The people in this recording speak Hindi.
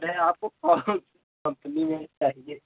नहीं आपको कौन कम्पनी में चाहिए